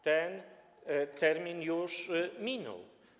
Ten termin już minął.